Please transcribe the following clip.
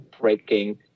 breaking